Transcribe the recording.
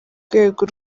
rwego